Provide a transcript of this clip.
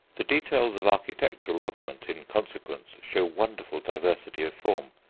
the details of architectural ornament, in consequence, show wonderful diversity of form.